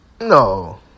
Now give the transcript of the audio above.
No